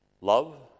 Love